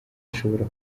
zishobora